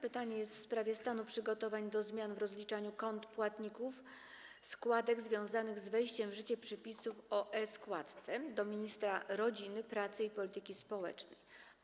Pytanie jest w sprawie stanu przygotowań do zmian w rozliczaniu kont płatników składek związanych z wejściem w życie przepisów o e-składce, a skierowane jest do ministra rodziny, pracy i polityki społecznej.